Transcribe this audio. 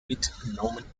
mitgenommen